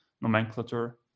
nomenclature